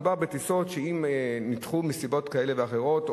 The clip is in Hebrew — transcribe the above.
מדובר בטיסות שאם הן נדחו מסיבות כאלה ואחרות,